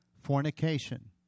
fornication